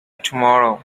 tomorrow